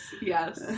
yes